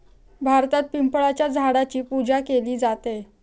भारतात पिंपळाच्या झाडाची पूजा केली जाते